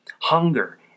Hunger